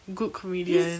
good comedian